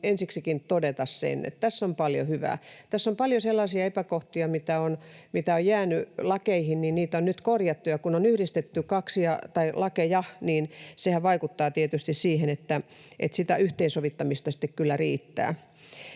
ensiksikin todeta sen, että tässä on paljon hyvää. Tässä on paljon sellaisia epäkohtia, mitä on jäänyt lakeihin, ja niitä on nyt korjattu, ja kun on yhdistetty lakeja, niin sehän vaikuttaa tietysti siihen, että sitä yhteensovittamista sitten kyllä riittää.